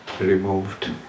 removed